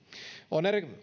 on